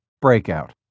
Breakout